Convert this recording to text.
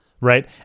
Right